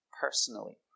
personally